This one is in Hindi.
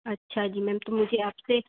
अच्छा जी मैम तो मुझे आप से